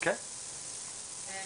יו"ר